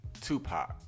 Tupac